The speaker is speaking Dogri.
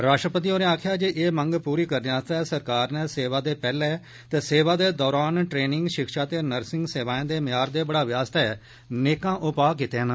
राश्ट्रपति होरें आक्खेआ जे एह् मंग पूरी करने आस्तै सरकार नै सेवा दे पैहले ते सेवा दे दरान ट्रेनिंग शिक्षा ते नर्सिंग सेवाएं दे म्यार दे बढ़ावे आस्तै नेकां उपाह् कीते न